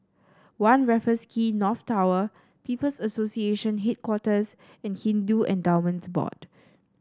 One Raffles Quay North Tower People's Association Headquarters and Hindu Endowments Board